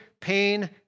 pain